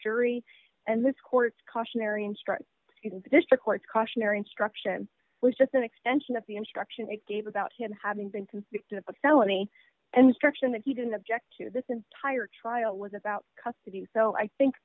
jury and this court cautionary instruct you know this the court's cautionary instruction was just an extension of the instruction it gave about him having been convicted of a felony instruction that he didn't object to this entire trial was about custody so i think